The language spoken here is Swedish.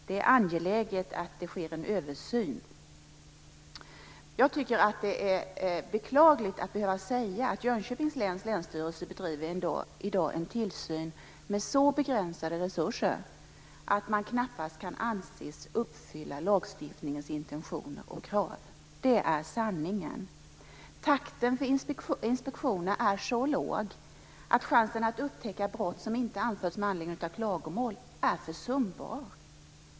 Det är angeläget att det sker en översyn. Jag tycker att det är beklagligt att behöva säga att Jönköpings läns länsstyrelse i dag bedriver en tillsyn med så begränsade resurser att man knappast kan anses uppfylla lagstiftningens intentioner och krav. Det är sanningen. Takten i fråga om inspektioner är så låg att chansen att upptäcka brott som inte anförts med anledning av klagomål är försumbar.